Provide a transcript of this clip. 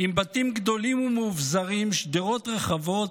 עם בתים גדולים ומאובזרים, שדרות רחבות,